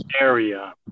area